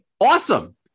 Awesome